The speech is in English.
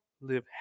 live